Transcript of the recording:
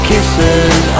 Kisses